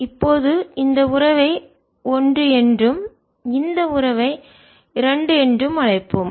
இப்போது இந்த உறவை ஒன்று என்றும் இந்த உறவை இரண்டு என்றும் அழைப்போம்